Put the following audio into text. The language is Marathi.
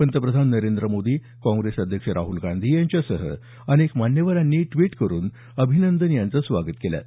पंतप्रधान नरेंद्र मोदी काँग्रेस अध्यक्ष राहुल गांधी यांच्यासह अनेक मान्यवरांनी ट्वीट करून अभिनंदन यांचं स्वागत केलं आहे